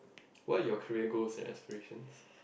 what are your career goals and aspirations